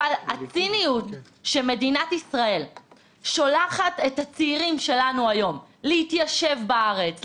אבל הציניות שמדינת ישראל שולחת את הצעירים שלנו היום להתיישב בארץ,